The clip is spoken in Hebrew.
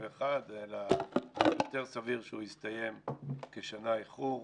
שהוא לא יסתיים באוקטובר 2021 אלא יותר סביר שהוא יסתיים כשנה איחור.